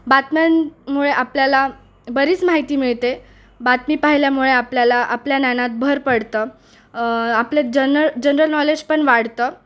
बातम्यांमुळे आपल्याला बरीच माहिती मिळते बातमी पाहिल्यामुळे आपल्याला आपल्या ज्ञानात भर पडतं आपलं जनल जनरल नॉलेज पण वाढतं